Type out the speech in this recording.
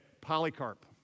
Polycarp